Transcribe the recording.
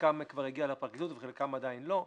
חלקן כבר הגיעו לפרקליטות וחלקן עדיין לא.